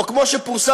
או כמו שפורסם,